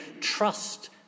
trust